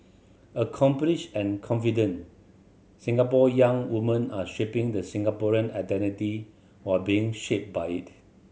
accomplished and confident Singapore young women are shaping the Singaporean identity while being shaped by it